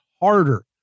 harder